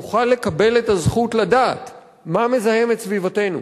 נוכל לקבל את הזכות לדעת מה מזהם את סביבתנו.